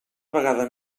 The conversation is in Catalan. vegada